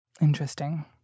Interesting